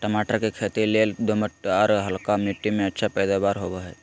टमाटर के खेती लेल दोमट, आर हल्का मिट्टी में अच्छा पैदावार होवई हई